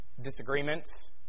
disagreements